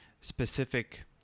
specific